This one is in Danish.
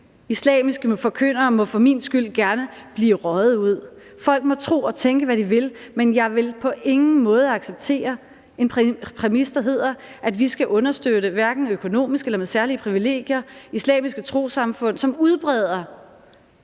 islamiske forkyndere må for min skyld gerne blive røget ud. Folk må tro og tænke, hvad de vil, men jeg vil på ingen måde acceptere en præmis, der hedder, at vi økonomisk eller med særlige privilegier skal understøtte islamiske trossamfund, som udbreder